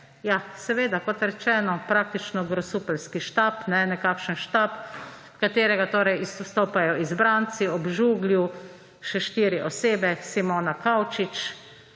seveda, kot rečeno, praktično grosupeljski štab, nekakšen štab, kjer izstopajo izbranci, ob Žuglju še štiri osebe – Simona Kavčič,